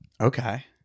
Okay